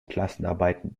klassenarbeiten